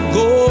go